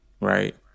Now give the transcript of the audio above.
right